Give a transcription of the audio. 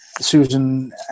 Susan